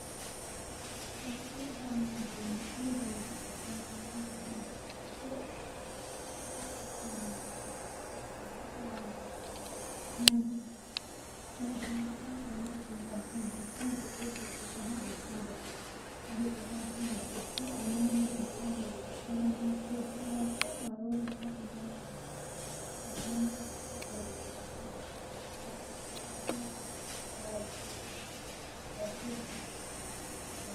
Woodi babal habbego be fistaago mi heban ko fistata dum nden mi fista ko jogi dum mi hoosa jei mi yidi canjaago man mi wada nden mi habbita dum.